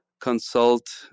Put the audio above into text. consult